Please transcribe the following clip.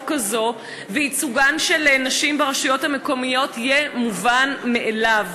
הזו וייצוגן של נשים ברשויות המקומיות יהיה מובן מאליו,